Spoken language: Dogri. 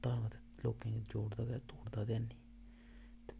धर्म लोकें गी जोड़दा ऐ तोड़दा हैनी